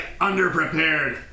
underprepared